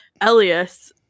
Elias